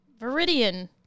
Viridian